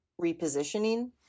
repositioning